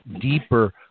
deeper